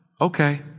Okay